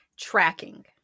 tracking